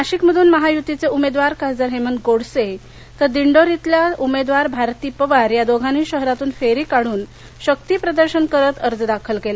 नाशिक मधून महायुतीचे उमेदवार खासदर हेमंत गोडसे तर दिंडोरीतील उमेदवार भारती पवार या दोघांनी शहरातून फेरी काढून शक्ती प्रदर्शन करत अर्ज दाखल केला